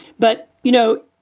but, you know,